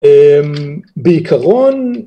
בעיקרון